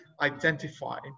identify